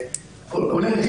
כולנו יודעים